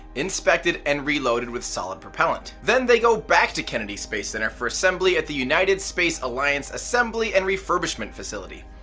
inspected and reloaded with solid propellant. then they go back to kennedy space center for assembly at the united space alliance assembly and refurbishment facility.